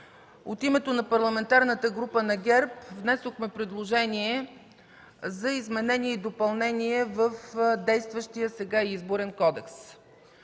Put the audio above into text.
от името на Парламентарната група на ГЕРБ внесохме предложение за изменение и допълнение в действащия сега Изборен кодекс.